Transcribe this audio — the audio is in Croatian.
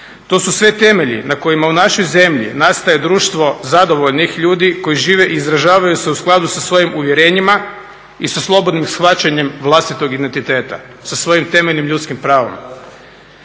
To su sve temelji na kojima u našoj zemlji nastaje društvo zadovoljnih ljudi koji žive i izražavaju se u skladu sa svojim uvjerenjima i sa slobodnim shvaćanjem vlastitog identiteta, sa svojim temeljnim ljudskim pravom.